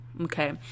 Okay